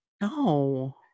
No